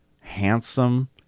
handsome